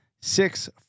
six